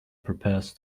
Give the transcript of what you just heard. prepares